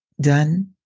done